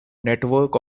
network